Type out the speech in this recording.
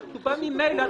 שכתובה ממילא,